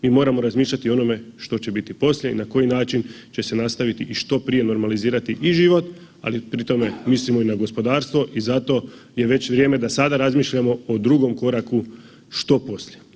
Mi moramo razmišljati i o onome što će biti poslije i na koji način će se nastaviti i što prije normalizirati i život, ali pri tome mislimo i na gospodarstvo i zato je već vrijeme da sada razmišljamo o drugom koraku, što poslije.